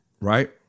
right